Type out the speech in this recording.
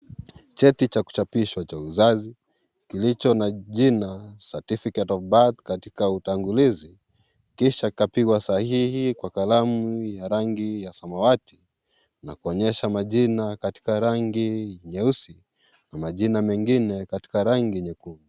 Cheti cha kuchapishwa cha uzazi, kilicho na jina Certificate Of Birth katika utangulizi, kisha kapigwa sahihi kwa kalamu ya rangi ya samawati na kuonyesha majina katika rangi nyeusi na majina mengine katika rangi nyekundu.